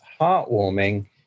heartwarming